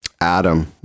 adam